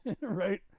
right